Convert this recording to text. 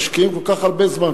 משקיעים כל כך הרבה זמן,